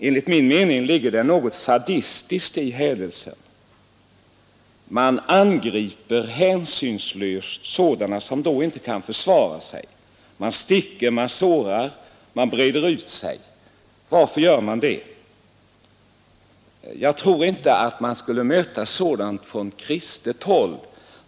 Enligt min mening ligger det något sadistiskt i hädelsen. Man angriper hänsynslöst sådana som då inte kan försvara sig. Man sticker, man sårar, man breder ut sig. Varför gör man det? Jag tror inte att man skulle möta något sådant från kristet håll.